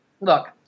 Look